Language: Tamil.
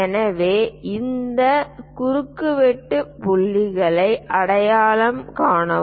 எனவே இந்த குறுக்குவெட்டு புள்ளிகளை அடையாளம் காணவும்